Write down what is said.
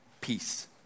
peace